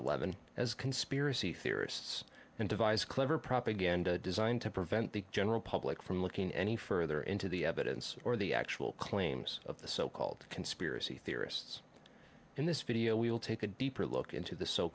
eleven as conspiracy theorists and devise clever propaganda designed to prevent the general public from looking any further into the evidence or the actual claims of the so called conspiracy theorists in this video we will take a deeper look into the so